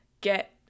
get